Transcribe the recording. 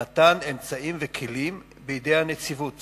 נתן אמצעים וכלים בידי הנציבות